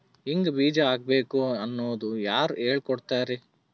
ಹಿಂಗ್ ಬೀಜ ಹಾಕ್ಬೇಕು ಅನ್ನೋದು ಯಾರ್ ಹೇಳ್ಕೊಡ್ತಾರಿ?